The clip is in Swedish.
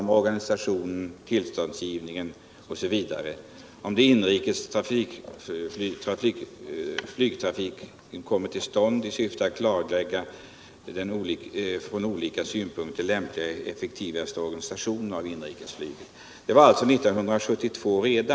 om organisationen av och tillståndsgivningen för den inrikes flygtrafiken skulle komma till stånd i syfte att klarlägga den från olika synpunkter lämpligaste och effektivaste organisationen av inrikesflyget. Det sades alltså redan 1972.